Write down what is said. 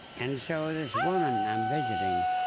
and so this woman i'm visiting,